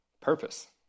purpose